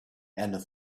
and